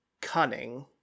cunning